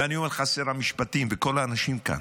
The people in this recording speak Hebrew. ואני אומר לך, שר המשפטים וכל האנשים כאן,